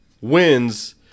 wins